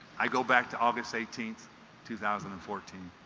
i go back to august eighteenth two thousand and fourteen